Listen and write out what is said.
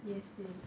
ya same